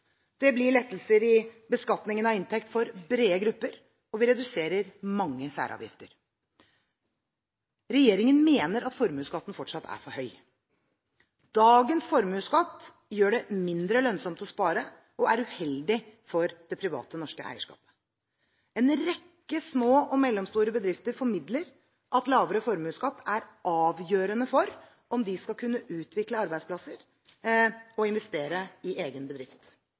Det blir lettelser i beskatningen av inntekt for brede grupper, og vi reduserer mange særavgifter. Regjeringen mener at formuesskatten fortsatt er for høy. Dagens formuesskatt gjør det mindre lønnsomt å spare og er uheldig for det private norske eierskapet. En rekke små og mellomstore bedrifter formidler at lavere formuesskatt er avgjørende for om de skal kunne utvikle arbeidsplasser og investere i egen bedrift.